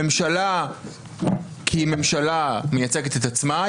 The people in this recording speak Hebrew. הממשלה כממשלה מייצגת את עצמה,